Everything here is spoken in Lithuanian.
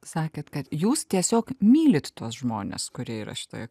sakėt kad jūs tiesiog mylit tuos žmones kurie yra šitoje